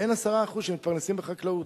אין 10% שמתפרנסים מחקלאות,